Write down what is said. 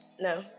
no